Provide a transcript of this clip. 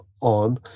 on